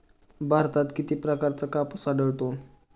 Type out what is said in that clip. भारतात किती प्रकारचा कापूस आढळतो?